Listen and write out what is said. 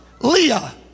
Leah